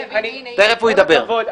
תיכף הוא ידבר.